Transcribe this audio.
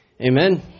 amen